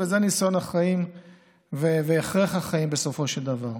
זה ניסיון החיים והכרח החיים, בסופו של דבר.